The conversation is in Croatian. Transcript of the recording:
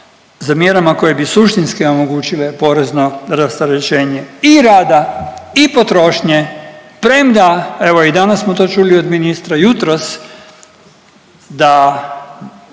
za mjerama koje bi suštinski omogućile porezno rasterećenje i rada i potrošnje premda, evo i danas smo to čuli od ministra, jutros, da